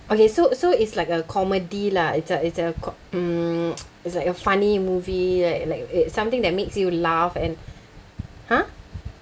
okay so so it's like a comedy lah it's a it's a com~ um it's like a funny movie like like it's something that makes you laugh and !huh!